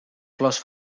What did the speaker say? flors